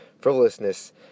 frivolousness